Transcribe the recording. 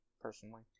personally